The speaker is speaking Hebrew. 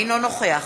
אינו נוכח